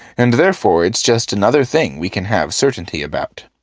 and therefore it's just another thing we can have certainty about.